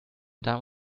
damen